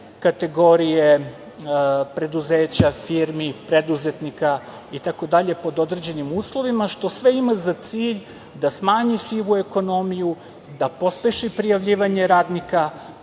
kategorije preduzeća, firmi, preduzetnika itd. pod određenim uslovima, što sve ima za cilj da smanji sivu ekonomiju, da pospeši prijavljivanje radnika,